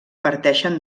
parteixen